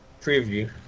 preview